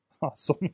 Awesome